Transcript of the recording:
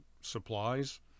supplies